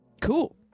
Cool